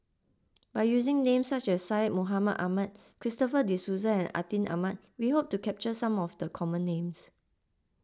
by using names such as Syed Mohamed Ahmed Christopher De Souza and Atin Amat we hope to capture some of the common names